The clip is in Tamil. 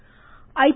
cricket I